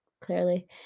clearly